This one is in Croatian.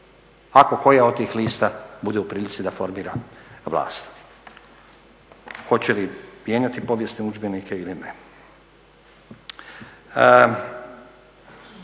ako koja od tih lista bude u prilici da formira vlast, hoće li mijenjati povijesne udžbenike ili ne.